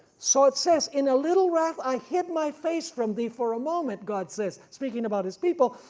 so it says in a little wrath i hid my face from thee for a moment god says speaking about his people,